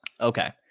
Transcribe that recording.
okay